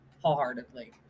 wholeheartedly